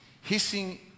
hissing